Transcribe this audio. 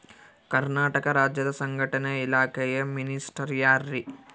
ಕರ್ನಾಟಕ ರಾಜ್ಯದ ಸಂಘಟನೆ ಇಲಾಖೆಯ ಮಿನಿಸ್ಟರ್ ಯಾರ್ರಿ?